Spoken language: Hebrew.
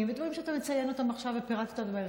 ודברים שאתה מציין עכשיו ופירטת באריכות,